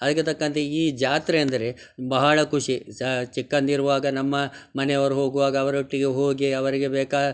ಅದಕ್ಕೆ ತಕ್ಕಂತೆ ಈ ಜಾತ್ರೆ ಅಂದತೆ ಬಹಳ ಖುಷಿ ಸಹ ಚಿಕ್ಕಂದಿರುವಾಗ ನಮ್ಮ ಮನೆಯವರು ಹೋಗುವಾಗ ಅವರೊಟ್ಟಿಗೆ ಹೋಗಿ ಅವರಿಗೆ ಬೇಕ